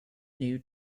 new